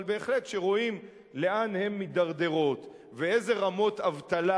אבל בהחלט כשרואים לאן הן מידרדרות ואיזה רמות אבטלה,